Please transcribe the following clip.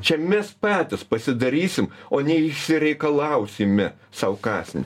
čia mes patys pasidarysim o neišsireikalausime sau kąsnį